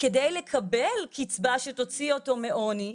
על מנת לקבל קצבה שתוציא אותו מעוני,